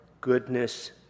goodness